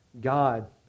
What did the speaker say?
God